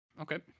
Okay